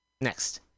Next